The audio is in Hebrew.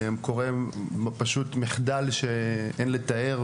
קורה פשוט מחדל שאין לתאר.